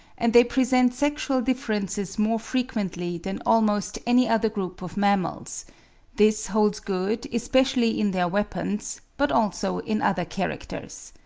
and they present sexual differences more frequently than almost any other group of mammals this holds good, especially in their weapons, but also in other characters.